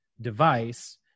device